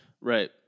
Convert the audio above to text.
Right